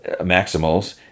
Maximals